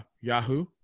Yahoo